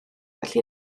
felly